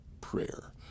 prayer